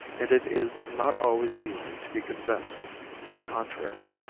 and it is not always easy to be convinced to the contrary.